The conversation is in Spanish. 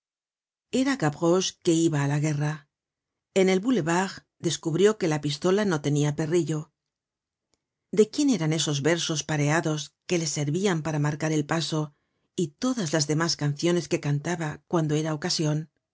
era gavroche que iba á la guerra en el boulevard descubrió que la pistola no tenia perrillo de quién eran esos versos pareados que le servian para marcar el paso y todas las demás canciones que cantaba cuando era ocasion